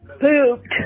Pooped